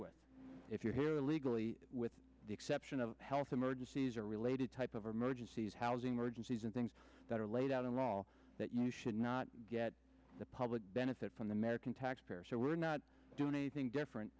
with if you're here legally with the exception of health emergencies or related type of emergencies housing regencies and things that are laid out in law that you should not get the public benefit from the american taxpayer so we're not doing anything different